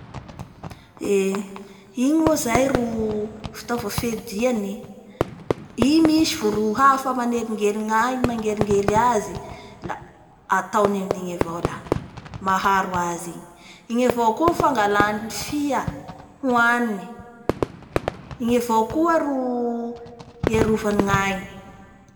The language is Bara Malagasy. Eee! igny moa zay ro fitaova fiediany i misy voro hafa manelingely ny ainy -mangeligely azy la ataony amin'igny avao la maharo azy igny. Igny avao koa ny fangalany ny fia hohaniny. Igny avao koa ro iarovanay ny aigny